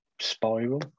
spiral